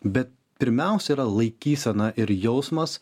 bet pirmiausia yra laikysena ir jausmas